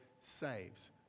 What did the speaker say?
saves